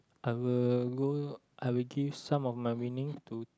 I will go I will give some of my winning to